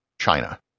China